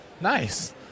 Nice